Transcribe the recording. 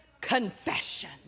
confession